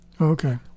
Okay